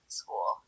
school